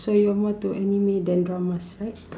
so you're more into anime than dramas right